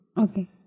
okay